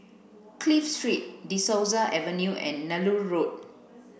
Clive Street De Souza Avenue and Nallur Road